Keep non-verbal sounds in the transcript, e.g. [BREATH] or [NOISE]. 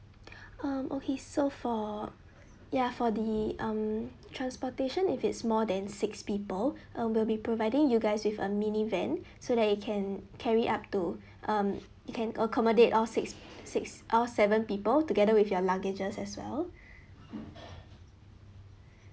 [BREATH] um okay so for ya for the um transportation if it's more than six people uh we'll be providing you guys with a mini van [BREATH] so that it can carry up to um it can accommodate all six six all seven people together with your luggages as well [BREATH]